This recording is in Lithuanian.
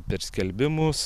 per skelbimus